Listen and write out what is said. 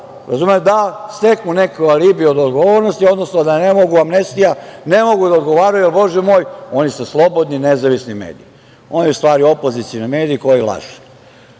za pravo da steknu neki alibi od odgovornosti, odnosno amnestija, ne mogu da odgovaraju, jer, bože moj, oni su slobodni, nezavisni mediji. Oni su u stvari opozicioni mediji koji lažu. Da